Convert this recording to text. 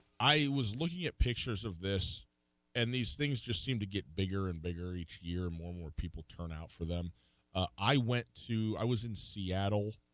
ie was looking at pictures of this and these things just seem to get bigger and bigger each year more more people turn out for them are i went to i was in seattle